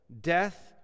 death